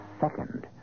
second